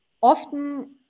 often